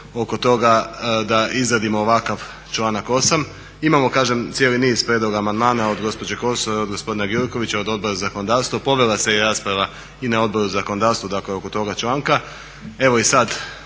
oko toga da izradimo ovakav članak 8. imamo kažem cijeli niz prijedloga amandmana od gospođe Kosor, od gospodina Gjurkovića, od Odbora za zakonodavstvo, povela se i rasprava i na Odboru za zakonodavstvo dakle oko toga članka,